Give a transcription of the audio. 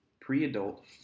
Pre-adult